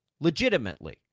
Legitimately